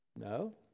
No